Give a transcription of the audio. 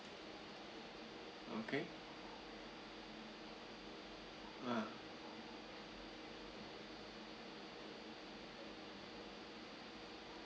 okay ah